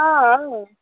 हांआं